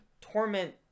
torment